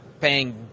paying